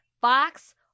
Fox